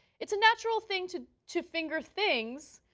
it's a natural thing to to finger things,